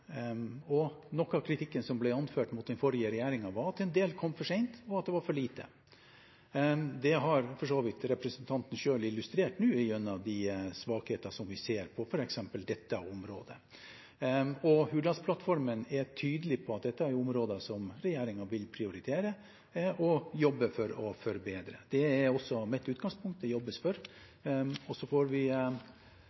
Noe av kritikken som ble anført mot den forrige regjeringen, var at en del kom for sent, og at det var for lite. Det har for så vidt representanten selv illustrert nå gjennom de svakhetene vi ser på f.eks. dette området. Hurdalsplattformen er tydelig på at dette er områder regjeringen vil prioritere og jobbe for å forbedre. Det er også mitt utgangspunkt. Det jobbes det for,